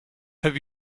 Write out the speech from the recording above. have